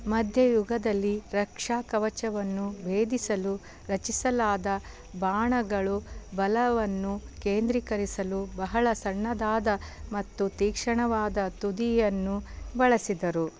ಮಧ್ಯ ಯುಗದಲ್ಲಿ ರಕ್ಷಾಕವಚವನ್ನು ಭೇದಿಸಲು ರಚಿಸಲಾದ ಬಾಣಗಳು ಬಲವನ್ನು ಕೇಂದ್ರಿಕರಿಸಲು ಬಹಳ ಸಣ್ಣದಾದ ಮತ್ತು ತೀಕ್ಷ್ಣವಾದ ತುದಿಯನ್ನು ಬಳಸಿದರು